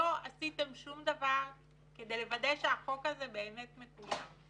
לא עשיתם שום דבר כדי לוודא שהחוק הזה באמת מקוים.